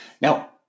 Now